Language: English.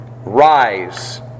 Rise